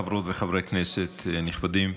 חברות וחברי כנסת נכבדים,